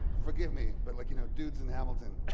forgive me, but like you know dudes in hamilton.